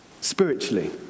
spiritually